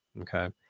Okay